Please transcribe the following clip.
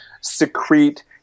secrete